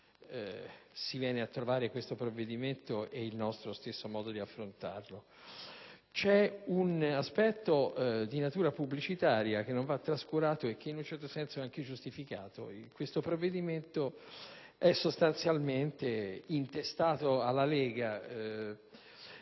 si vengono a trovare il provvedimento in esame ed il nostro stesso modo di affrontarlo. C'è un aspetto di natura pubblicitaria che non va trascurato e che in qualche modo è anche giustificato. Questo provvedimento infatti è sostanzialmente intestato alla Lega